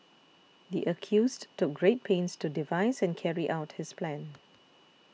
the accused took great pains to devise and carry out his plan